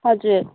हजुर